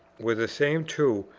were the same two,